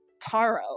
taro